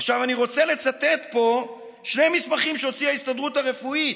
עכשיו אני רוצה לצטט פה שני מסמכים שהוציאה ההסתדרות הרפואית.